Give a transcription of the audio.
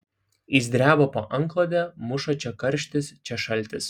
ji dreba po antklode muša čia karštis čia šaltis